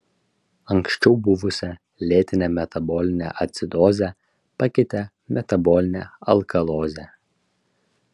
anksčiau buvusią lėtinę metabolinę acidozę pakeitė metabolinė alkalozė